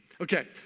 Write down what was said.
Okay